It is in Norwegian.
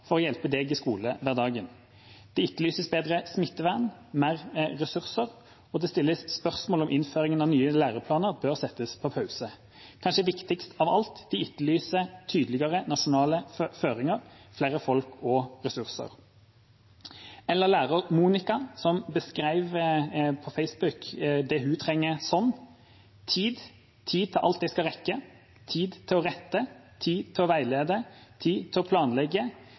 for å hjelpe en i skolehverdagen. Det etterlyses bedre smittevern og mer ressurser, og det stilles spørsmål om innføringen av nye læreplaner bør settes på pause. Og kanskje viktigst av alt: Det etterlyses tydeligere nasjonale føringer, flere folk og ressurser – og det læreren Monica beskrev på Facebook at hun trenger: «Tid! Tid til alt jeg skal rekke. Til å rette. Til å veilede. Til å planlegge.